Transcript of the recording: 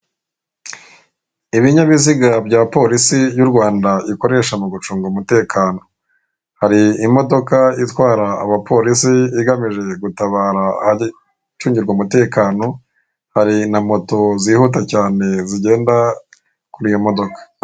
Ibinyabiziga bya polisi y'urwanda ikoresha mugucunga umutekano hari imodoka itwara abapolisi igamije gutabara ahacungirwa umutekano hari na moto zihuta cyane zigenda kuriyo modoka